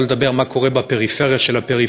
שלא לדבר על מה שקורה בפריפריה של הפריפריה,